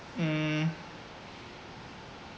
mm